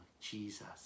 Jesus